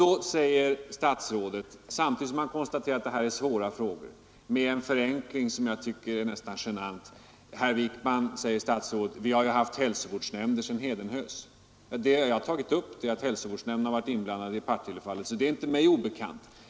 Då säger statsrådet, samtidigt som han konstaterar att det här är svåra frågor, med en förenkling som jag tycker är nästan genant: ”Herr Wijkman, vi har ju haft hälsovårdsnämnder sedan hedenhös!” Jag har tagit upp detta, att hälsovårdsnämnderna har varit inblandade i Partillefallet, så det är inte mig obekant.